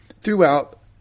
throughout